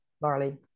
barley